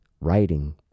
writing